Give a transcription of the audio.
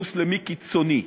מוסלמי קיצוני.